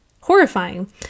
horrifying